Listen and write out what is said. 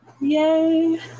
Yay